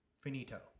finito